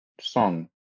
song